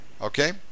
Okay